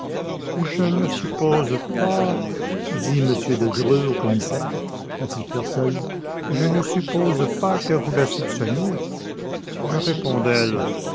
je ne suppose pas dit m de dreux au commissaire quand ils furent seuls je ne suppose pas que vous la soupçonniez je réponds